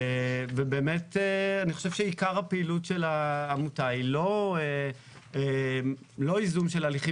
ובאמת אני חושב שעיקר הפעילות של העמותה היא לא איזון של ההליכים